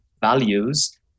values